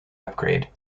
upgrade